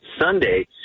Sunday